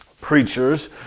preachers